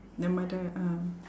the mother ah